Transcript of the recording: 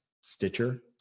Stitcher